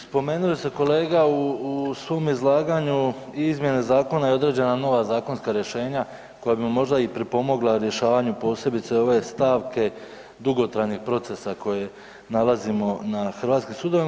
Spomenuli ste kolega u svom izlaganju i izmjene zakona i određena nova zakonska rješenja koja bi vam možda i pripomogla rješavanju posebice ove stavke dugotrajnih procesa koje nalazimo na hrvatskim sudovima.